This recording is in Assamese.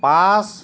পাঁচ